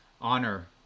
Honor